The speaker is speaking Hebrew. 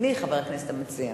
מי חבר הכנסת המציע?